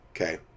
okay